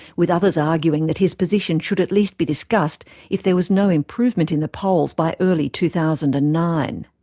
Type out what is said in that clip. with others arguing that his position should at least be discussed if there was no improvement in the polls by early two thousand and nine.